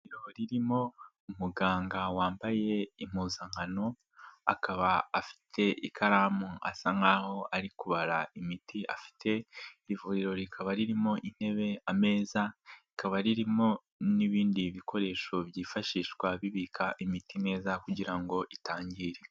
Ivuriro ririmo umuganga wambaye impuzankano, akaba afite ikaramu asa nkaho ari kubara imiti afite. Ivuriro rikaba ririmo intebe, ameza rikaba ririmo n'ibindi bikoresho byifashishwa bibika imiti neza kugira ngo itangirika.